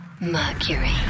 Mercury